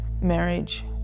marriage